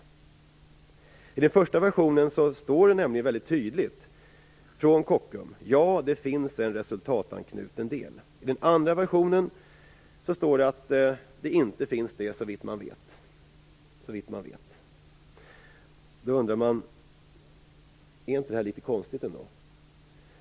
I den första versionen står det nämligen väldigt tydligt att man från Kockums sade: Ja, det finns en resultatanknuten del. I den andra versionen står det att en sådan inte finns, såvitt man vet - "såvitt man vet". Då undrar man: Är inte det här litet konstigt ändå?